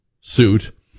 suit